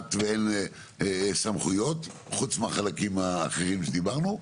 שכמעט ואין סמכויות חוץ מהחלקים האחרים שדיברנו,